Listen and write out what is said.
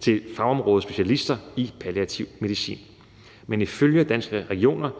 til fagområdespecialister i palliativ medicin. Men ifølge Danske Regioner